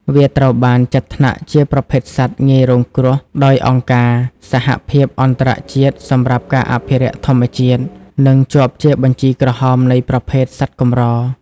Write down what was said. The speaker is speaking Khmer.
វាត្រូវបានចាត់ថ្នាក់ជាប្រភេទសត្វ ងាយរងគ្រោះ ដោយអង្គការ សហភាពអន្តរជាតិសម្រាប់ការអភិរក្សធម្មជាតិ (IUCN) និងជាប់ជាបញ្ជីក្រហមនៃប្រភេទសត្វកម្រ។